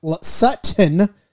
Sutton